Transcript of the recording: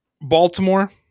Baltimore